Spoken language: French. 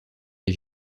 des